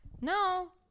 no